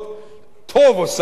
טוב עושה הממשלה.